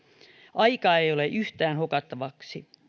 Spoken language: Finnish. aikaa ei ole yhtään hukattavaksi